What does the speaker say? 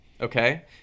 okay